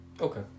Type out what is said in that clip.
Okay